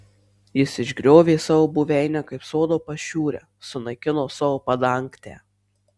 jis išgriovė savo buveinę kaip sodo pašiūrę sunaikino savo padangtę